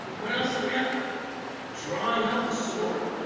what else do we have drawing out the sword?